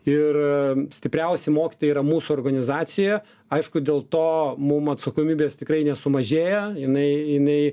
ir stipriausi mokytojai yra mūsų organizacijoje aišku dėl to mum atsakomybės tikrai nesumažėja jinai jinai